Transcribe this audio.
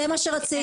זה מה שרציתי.